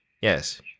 Yes